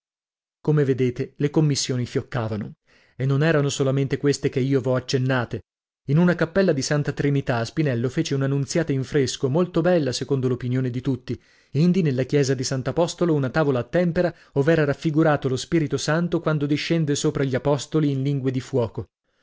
come vedete le commissioni fioccavano e non erano solamente queste che io v'ho accennate in una cappella di santa trinita spinello fece una nunziata in fresco molto bella secondo l'opinione di tutti indi nella chiesa di sant'apostolo una tavola a tempera ov'era raffigurato lo spirito santo quando discende sopra gli apostoli in lingue di fuoco